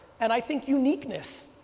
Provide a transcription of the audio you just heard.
and i think uniqueness.